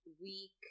week